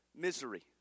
misery